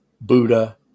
Buddha